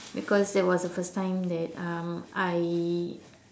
because that was the first time that um I